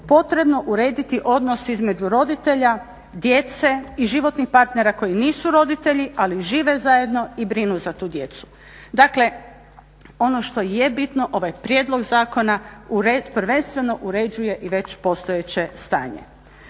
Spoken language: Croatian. potrebno urediti odnos između roditelja, djece i životnih partera koji nisu roditelji ali žive zajedno i brinu za tu djecu. Dakle, ono što je bitno, ovaj prijedlog zakona prvenstveno uređuje i već postojeće stanje.